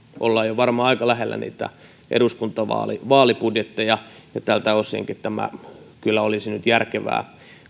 ollaan varmaan jo aika lähellä niitä eduskuntavaalien vaalibudjetteja tältä osinkin kyllä olisi nyt järkevää